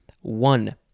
One